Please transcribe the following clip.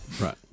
right